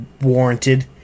warranted